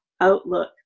outlook